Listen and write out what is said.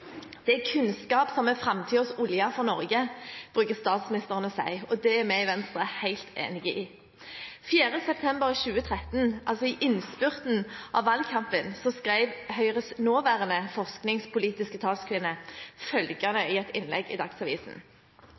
Det er kunnskap som er framtidens olje for Norge, bruker statsministeren å si. Det er vi i Venstre helt enig i. 4. september 2013, i innspurten av valgkampen, skrev Høyres nåværende forskningspolitiske talskvinne, Kristin Vinje, følgende i et innlegg i Dagsavisen: